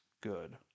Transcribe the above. good